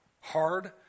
hard